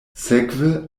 sekve